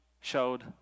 showed